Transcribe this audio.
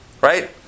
right